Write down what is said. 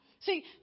See